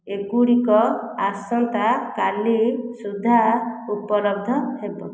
ଏଗୁଡ଼ିକ ଆସନ୍ତା କାଲି ସୁଦ୍ଧା ଉପଲବ୍ଧ ହେବ